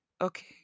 okay